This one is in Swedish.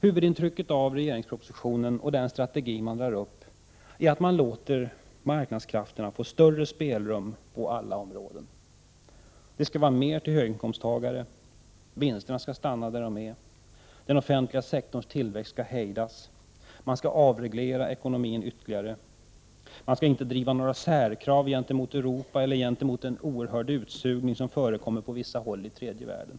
Huvudintrycket av regeringspropositionen och den strategi den drar upp är att man låter marknadskrafterna få större spelrum på alla områden. Det skall vara mer åt höginkomsttagarna. Vinsterna skall stanna där de är och den offentliga sektorns tillväxt skall hejdas. Man skall avreglera ekonomin ytterligare och man skall inte driva några särkrav gentemot Europa eller gentemot den oerhörda utsugning som förekommer gentemot vissa folk i tredje världen.